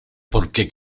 porqué